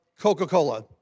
Coca-Cola